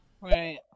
Right